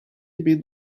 bin